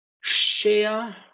share